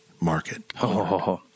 market